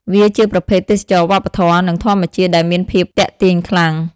វាជាប្រភេទទេសចរណ៍វប្បធម៌ និងធម្មជាតិដែលមានភាពទាក់ទាញខ្លាំង។